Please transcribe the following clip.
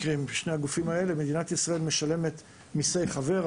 הגופים האלה מדינת ישראל משלמת מיסי חבר.